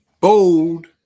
bold